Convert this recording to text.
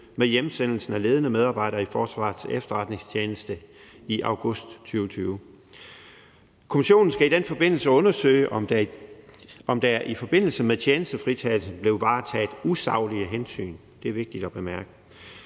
med hjemsendelsen af ledende medarbejdere i Forsvarets Efterretningstjeneste i august 2020. Kommissionen skal i den forbindelse undersøge, om der i forbindelse med tjenestefritagelsen blev varetaget usaglige hensyn. Det er vigtigt at bemærke.